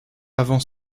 avant